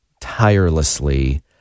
tirelessly